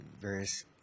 various